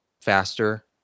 faster